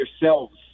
yourselves